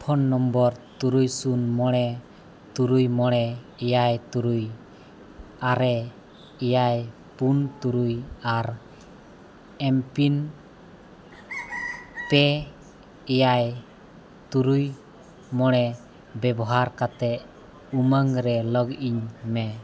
phone number ᱛᱩᱨᱩᱭ ᱥᱩᱱ ᱢᱚᱬᱮ ᱛᱩᱨᱩᱭ ᱢᱚᱬᱮ ᱮᱭᱟᱭ ᱛᱩᱨᱩᱭ ᱟᱨᱮ ᱮᱭᱟᱭ ᱯᱩᱱ ᱛᱩᱨᱩᱭ ᱟᱨ ᱮᱢ ᱯᱤᱱ ᱯᱮ ᱮᱭᱟᱭ ᱛᱩᱨᱩᱭ ᱢᱚᱬᱮ ᱵᱮᱵᱚᱦᱟᱨ ᱠᱟᱛᱮᱫ ᱩᱢᱟᱹᱜᱽ ᱨᱮ ᱞᱚᱜᱤᱱ ᱢᱮ